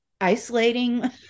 isolating